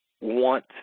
want